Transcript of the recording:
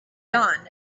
dawn